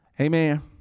Amen